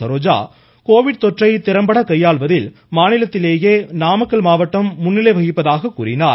Saroja Covid தொற்றை திறம்பட கையாள்வதில் மாநிலத்திலேயே நாமக்கல் மாவட்டம் முன்னிலை வகிப்பதாகவும் கூறினார்